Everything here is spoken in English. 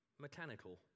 mechanical